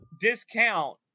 discount